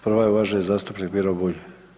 Prvi je uvaženi zastupnik Miro Bulj.